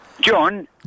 John